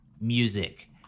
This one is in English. music